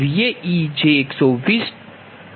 તેથી VbVa∠ 240Vaej120βVaહશે